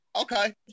Okay